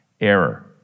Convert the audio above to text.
error